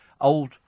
old